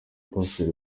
pastor